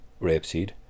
rapeseed